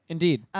Indeed